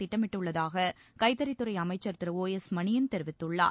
திட்டமிட்டுள்ளதாக கைத்தறித்துறை அமைச்சர் திரு ஒ எஸ் மணியன் தெரிவித்துள்ளார்